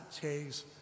takes